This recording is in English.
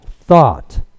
thought